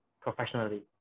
professionally